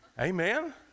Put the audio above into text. Amen